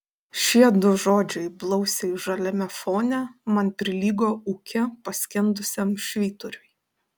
šie du žodžiai blausiai žaliame fone man prilygo ūke paskendusiam švyturiui